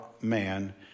man